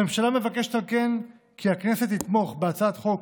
אם כן, הממשלה מבקשת כי הכנסת תתמוך בהצעת החוק